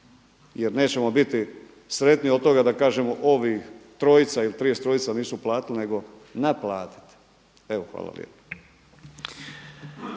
jer nećemo biti sretniji od toga da kažemo ovih trojica ili 33 nisu platili nego naplatiti. Hvala lijepo.